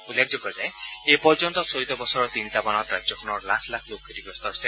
উল্লেখযোগ্য যে এই পৰ্যন্ত চলিত বছৰৰ তিনিটা বানত ৰাজ্যখনত লাখ লাখ লোক ক্ষতিগ্ৰস্ত হৈছে